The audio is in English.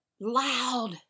Loud